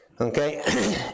Okay